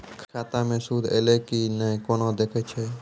खाता मे सूद एलय की ने कोना देखय छै?